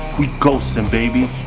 we ghostin baby